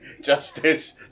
justice